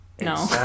No